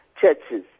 churches